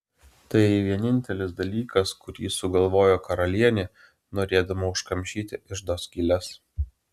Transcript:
tai vienintelis dalykas kurį sugalvojo karalienė norėdama užkamšyti iždo skyles